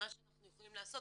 חלק ממה שאנחנו יכולים לעשות,